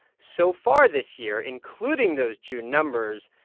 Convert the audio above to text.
so far this year, including those june numbers,